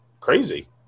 crazy